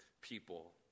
people